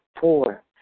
Four